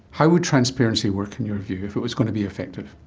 how would transparency work, in your view, if it was going to be effective?